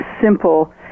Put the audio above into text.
simple